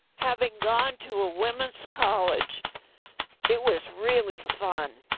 having gone to a women's college it was really fun.